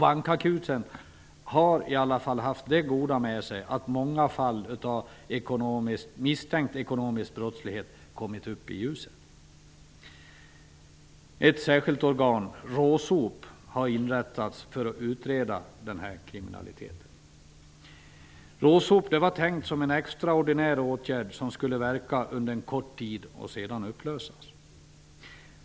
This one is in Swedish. Bankakuten har i alla fall haft det goda med sig att många fall av misstänkt ekonomisk brottslighet kommit fram i ljuset. Ett särskilt organ -- RÅSOP -- har inrättats för att utreda denna kriminalitet. RÅSOP var tänkt som en extraordinär åtgärd som skulle verka under en kort tid och sedan upplösas.